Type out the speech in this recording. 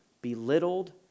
belittled